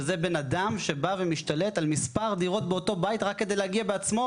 שזה בן אדם שבא ומשתלט על מספר דירות באותו בית רק כדי להגיע בעצמו.